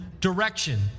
direction